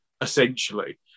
essentially